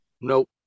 Nope